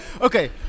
Okay